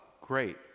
great